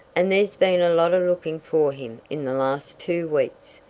and there's been a lot of looking for him in the last two weeks.